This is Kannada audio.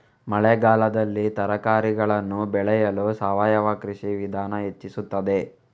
ಮಳೆಗಾಲದಲ್ಲಿ ತರಕಾರಿಗಳನ್ನು ಬೆಳೆಯಲು ಸಾವಯವ ಕೃಷಿಯ ವಿಧಾನ ಹೆಚ್ಚಿಸುತ್ತದೆ?